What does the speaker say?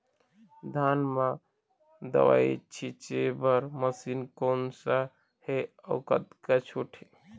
धान म दवई छींचे बर मशीन कोन सा हे अउ कतका छूट हे?